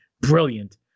Brilliant